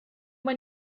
know